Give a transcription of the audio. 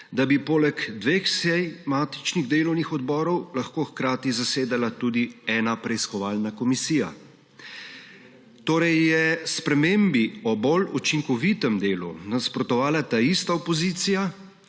da bi poleg dveh sej matičnih delovnih odborov lahko hkrati zasedala tudi ena preiskovalna komisija. Torej je spremembi o bolj učinkovitem delu nasprotovala ta ista opozicija,